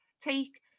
take